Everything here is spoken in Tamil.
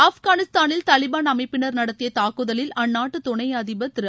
ஆப்கானிஸ்தானில் தாலிபான் அமைப்பினர் நடத்திய தாக்குதலில் அந்நாட்டு துணை அதிபர் திரு